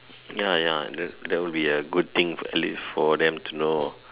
ya ya that that will be a good thing at least for them to know